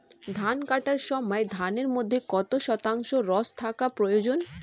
ধান কাটার সময় ধানের মধ্যে কত শতাংশ রস থাকা প্রয়োজন?